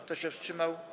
Kto się wstrzymał?